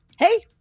Hey